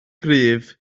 gryf